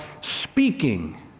speaking